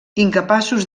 incapaços